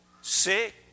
sick